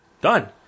Done